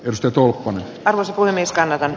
ruplan arvo voi mistään